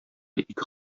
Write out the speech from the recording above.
ике